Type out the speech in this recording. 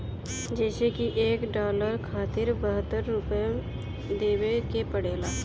जइसे की एक डालर खातिर बहत्तर रूपया देवे के पड़ेला